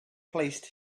placed